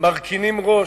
מרכינים ראש.